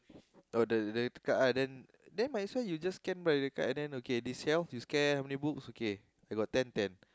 or the the card ah then then might as well you just scan by the card then this shelf you scan then okay I got ten ten